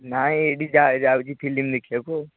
ନାଇଁ ଏଇଠି ଯାଏ ଯାଉଛି ଫିଲିମ ଦେଖିବାକୁ ଆଉ